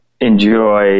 enjoy